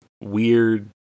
weird